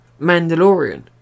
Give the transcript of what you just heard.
Mandalorian